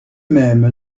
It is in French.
même